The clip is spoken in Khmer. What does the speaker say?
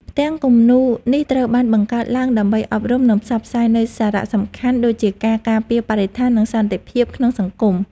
ផ្ទាំងគំនូរនេះត្រូវបានបង្កើតឡើងដើម្បីអប់រំ និងផ្សព្វផ្សាយនូវសារៈសំខាន់ ដូចជាការការពារបរិស្ថាន ឬសន្តិភាពក្នុងសង្គម។